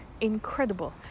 incredible